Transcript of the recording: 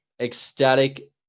ecstatic